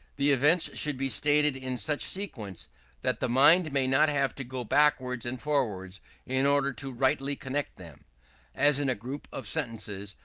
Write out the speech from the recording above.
the events should be stated in such sequence that the mind may not have to go backwards and forwards in order to rightly connect them as in a group of sentences,